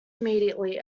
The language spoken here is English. immediately